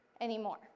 anymore